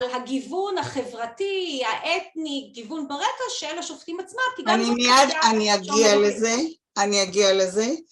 הגיוון החברתי, האתני, גיוון ברקע של השופטים עצמם אני מיד, אני אגיע לזה, אני אגיע לזה